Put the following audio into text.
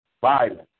violence